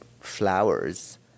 flowers